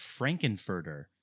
Frankenfurter